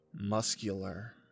Muscular